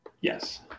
Yes